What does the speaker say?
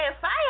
fire